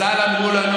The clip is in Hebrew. זו ביקורת על התנהלות,